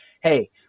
hey